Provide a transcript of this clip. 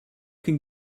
can